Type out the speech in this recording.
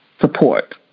support